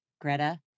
Greta